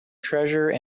treasure